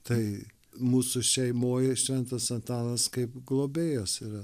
tai mūsų šeimoj šventas antanas kaip globėjas yra